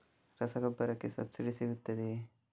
ರಸಗೊಬ್ಬರಕ್ಕೆ ಸಬ್ಸಿಡಿ ಸಿಗುತ್ತದೆಯೇ?